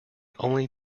only